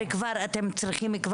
אני לא שואלת כאילו מה אתם עושים ומחכים